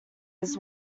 his